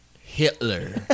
Hitler